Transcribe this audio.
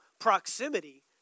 proximity